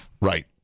Right